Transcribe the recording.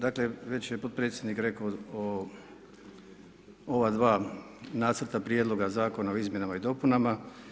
Dakle, već je potpredsjednik rekao o ova dva Nacrta prijedloga Zakona o izmjenama dopunama.